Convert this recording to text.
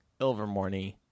Ilvermorny